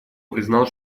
признал